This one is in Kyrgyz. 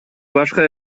башка